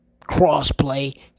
crossplay